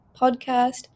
podcast